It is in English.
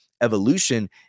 evolution